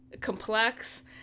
complex